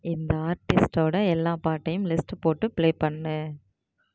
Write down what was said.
இந்த ஆர்டிஸ்டோட எல்லா பாட்டையும் லிஸ்ட் போட்டு பிளே பண்ணு